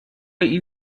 این